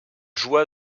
joua